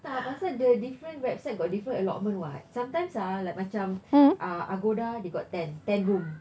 tak pasal the different website got different allotment why sometimes ah like macam ah agoda they got ten ten room